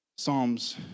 Psalms